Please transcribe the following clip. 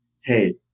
hey